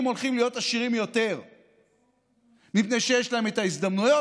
הולכים להיות עשירים יותר מפני שיש להם את ההזדמנויות,